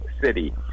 city